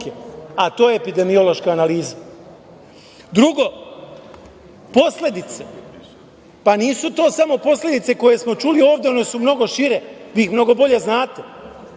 a to je epidemiološka analiza. Drugo, posledice. Pa, nisu to samo posledice koje smo čuli ovde, one su mnogo šire, vi ih mnogo više znate,